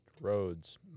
roads